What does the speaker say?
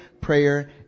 prayer